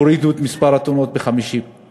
הורידו את מספר התאונות ב-50%.